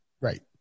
Right